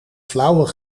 flauwe